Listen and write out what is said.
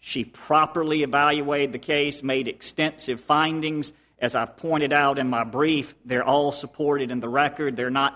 she properly evaluated the case made extensive findings as i've pointed out in my brief they're all supported in the record they're not